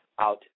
out